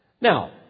Now